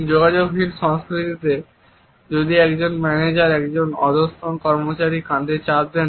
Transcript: যোগাযোগহীন সংস্কৃতিতে যদি একজন ম্যানেজার একজন অধস্তন কর্মচারীর কাঁধে চাপ দেন